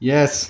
Yes